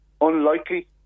unlikely